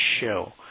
show